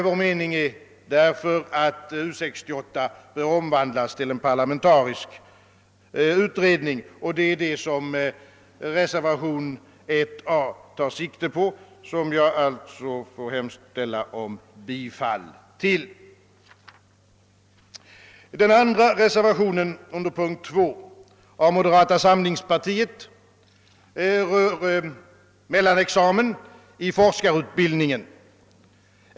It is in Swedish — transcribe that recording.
Vår mening är därför att U 68 bör omvandlas till en parlamentarisk utredning, och det är detta reservationen 1 a tar sikte på. Jag hemställer alltså om bifall till denna reservation. Reservationen under punkten 2 av moderata samlingspartiet rör mellanexamen i forskarutbildningen.